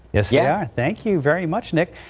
yes, yeah thank you very much nic.